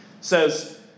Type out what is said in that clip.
says